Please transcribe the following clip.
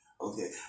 okay